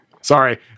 Sorry